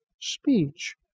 speech